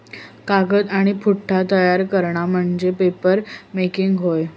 कागद आणि पुठ्ठा तयार करणा म्हणजे पेपरमेकिंग होय